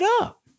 up